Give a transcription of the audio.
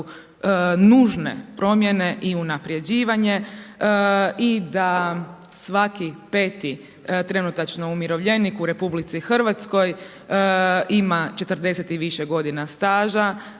nužne promjene i unaprjeđivanje i da svaki 5 trenutačno umirovljenik u RH ima 40 i više godina staža.